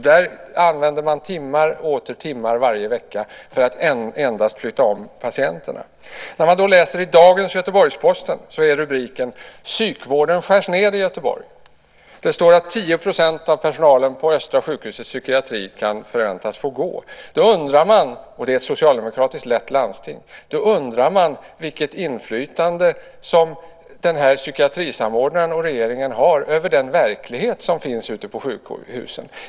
Där använder man timmar och åter timmar varje vecka för att endast flytta om patienterna. I dagens Göteborgs-Posten finns rubriken att psykvården skärs ned i Göteborg. Det står att 10 % av personalen på Östra sjukhusets psykiatri kan förväntas få gå. Det är ett socialdemokratiskt lett landsting. Då undrar man vilket inflytande som psykiatrisamordnaren och regeringen har över den verklighet som finns ute på sjukhusen.